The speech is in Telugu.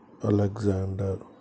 అలెగ్జాండర్